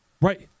right